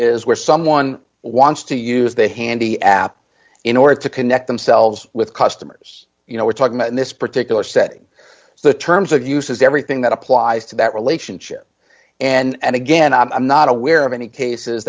is where someone wants to use the handy app in order to connect themselves with customers you know we're talking about in this particular setting the terms of use is everything that applies to that relationship and again i'm not aware of any cases